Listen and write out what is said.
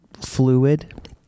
fluid